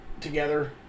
together